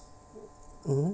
mmhmm